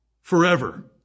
forever